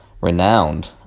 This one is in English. renowned